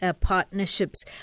partnerships